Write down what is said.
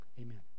amen